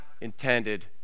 intended